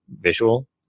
visual